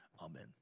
Amen